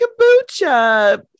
kombucha